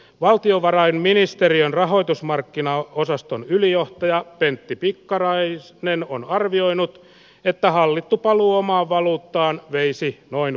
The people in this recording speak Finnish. valtiovarainministeriön rahoitusmarkkinaosaston ylijohtaja pentti pikkarainen sepnen on arvioinut että hallittu paluu omaan valuuttaan veisi noin